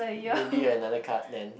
maybe another card then